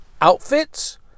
outfits